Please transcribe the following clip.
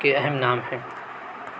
کے اہم نام ہیں